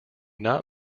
not